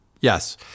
yes